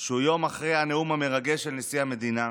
שהוא יום אחרי הנאום המרגש של נשיא המדינה,